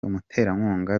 umuterankunga